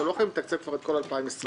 אתם לא יכולים לתקצב כבר את כל שנת 2020